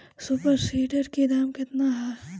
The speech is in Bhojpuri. सुपर सीडर के दाम केतना ह?